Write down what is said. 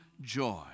joy